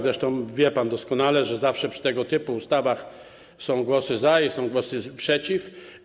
Zresztą wie pan doskonale, że przy tego typu ustawach są głosy „za” i są głosy „przeciw”